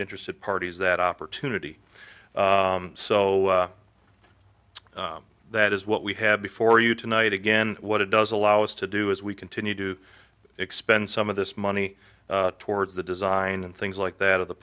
interested parties that opportunity so that is what we have before you tonight again what it does allow us to do is we continue to expend some of this money towards the design and things like that of the